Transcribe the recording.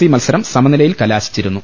C മത്സരം സമനിലയിൽ കലാശിച്ചിരുന്നു